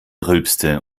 rülpste